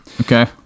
Okay